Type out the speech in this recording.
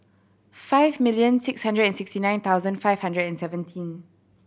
five million six hundred and sixty nine thousand five hundred and seventeen